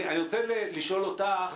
אני רוצה לשאול אותך